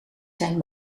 zijn